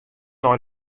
nei